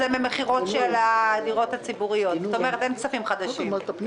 לפי התקנון אתה לא יכול להצביע ישירות על הרביזיה.